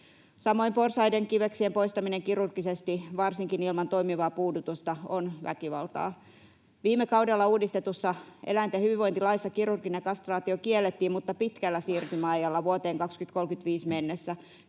Samoin porsaiden kiveksien poistaminen kirurgisesti varsinkin ilman toimivaa puudutusta on väkivaltaa. Viime kaudella uudistetussa eläinten hyvinvointilaissa kirurginen kastraatio kiellettiin mutta pitkällä siirtymäajalla vuoteen 2035 mennessä.